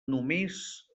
només